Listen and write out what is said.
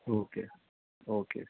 okay okay